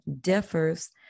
differs